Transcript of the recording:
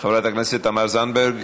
חברת הכנסת תמר זנדברג,